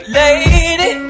lady